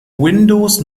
windows